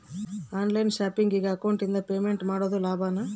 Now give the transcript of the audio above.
On line ಶಾಪಿಂಗಿಗೆ ಅಕೌಂಟಿಂದ payment ಮಾಡೋದು ಲಾಭಾನ?